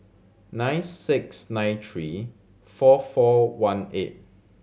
nine six nine three four four one eight